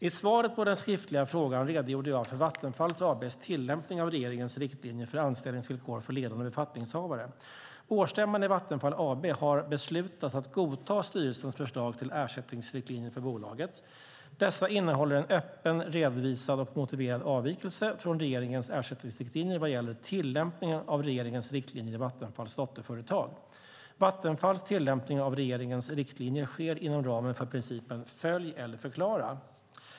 I svaret på den skriftliga frågan redogjorde jag för Vattenfall AB:s tillämpning av regeringens riktlinjer för anställningsvillkor för ledande befattningshavare. Årsstämman i Vattenfall AB har beslutat att godta styrelsens förslag till ersättningsriktlinjer för bolaget. Dessa innehåller en öppet redovisad och motiverad avvikelse från regeringens ersättningsriktlinjer vad gäller tillämpningen av regeringens riktlinjer i Vattenfalls dotterföretag. Vattenfalls tillämpning av regeringens riktlinjer sker inom ramen för principen "följ eller förklara".